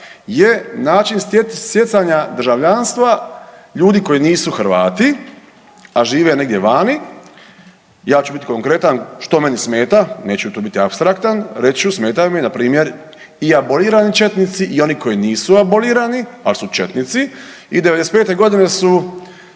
je način stjecanja državljanstva ljudi koji nisu Hrvati, a žive negdje vani, ja ću biti konkretan što meni smeta, neću tu biti apstraktan reći ću smeta mi npr. i abolirani četnici i oni koji nisu abolirani, al su četnici i '95.g. su